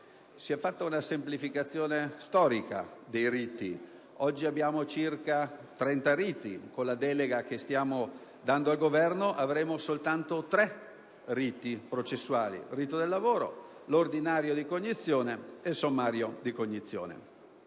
Si è poi fatta una semplificazione storica dei riti. Oggi abbiamo circa 30 riti. Con la delega che stiamo dando al Governo avremo soltanto tre riti processuali: il rito del lavoro, l'ordinario di cognizione ed il sommario di cognizione.